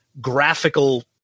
graphical